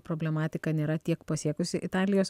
problematika nėra tiek pasiekusi italijos